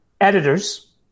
editors